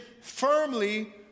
firmly